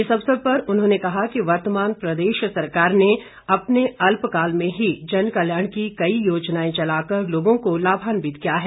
इस अवसर पर उन्होंने कहा कि वर्तमान प्रदेश सरकार ने अपने अल्पकाल में ही जनकल्याण की कई योजनाएं चलाकर लोगों को लाभान्वित किया है